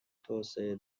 توسعه